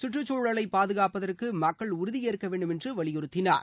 கற்றுக்சூழலை பாதுகாப்பதற்கு மக்கள் உறுதி உஏற்க வேண்டும் என்று வலிபுறுத்தினார்